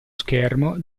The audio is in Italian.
schermo